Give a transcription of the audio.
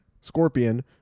Scorpion